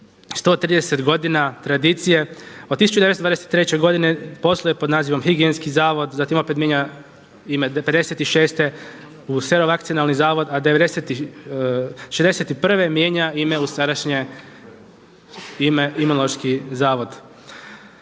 130 godina tradicije. Od 1923. godine posluje pod nazivom Higijenski zavod, zatim opet mijenja ime '56. u …/Govornik se ne razumije./… zavod, a '61. mijenja ime u sadašnje ime Imunološki zavod.